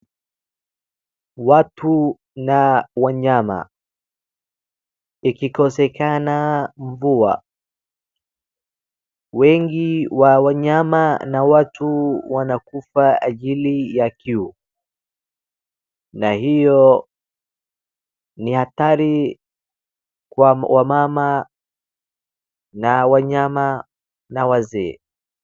Watu na wanyama ikikosekana mvua wengi wa wanyama na watu wanakufa ajili ya kiu na hiyo ni hatari kwa wamama na wanyama na wazee.